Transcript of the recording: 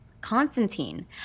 Constantine